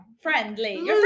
friendly